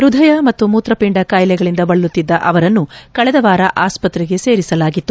ಹೃದಯ ಮತ್ತು ಮೂತ್ರಪಿಂಡ ಕಾಯಿಲೆಗಳಿಂದ ಬಳಲುತ್ತಿದ್ದ ಅವರನ್ನು ಕಳೆದ ವಾರ ಆಸ್ಪತ್ರೆಗೆ ಸೇರಿಸಲಾಗಿತ್ತು